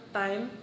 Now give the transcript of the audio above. time